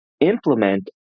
implement